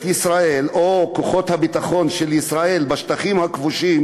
ישראל או כוחות הביטחון של ישראל בשטחים הכבושים,